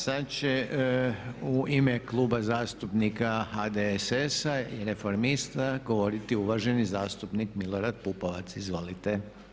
Sad će u ime Kluba zastupnika HDSS-a i reformista govoriti uvaženi zastupnik Milorad Pupovac, izvolite.